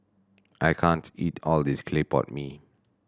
I can't eat all of this clay pot mee